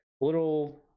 little